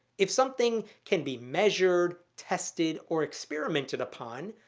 if something can be measured, tested, or experimented upon,